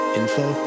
info